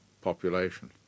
population